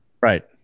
Right